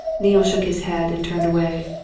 neale shook his head and turned away.